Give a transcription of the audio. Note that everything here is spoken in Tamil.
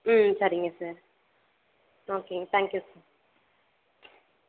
ம் சரிங்க சார் ஓகேங்க தேங்க் யூ சார்